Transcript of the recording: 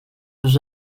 was